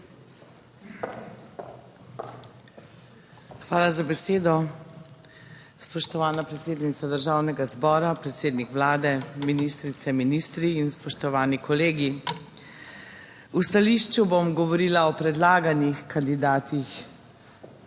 Hvala za besedo spoštovana predsednica Državnega zbora, predsednik Vlade, ministrice, ministri in spoštovani kolegi. V stališču bom govorila o predlaganih kandidatih, pa ne o